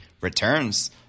returns